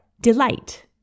Delight